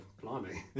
blimey